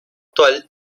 actual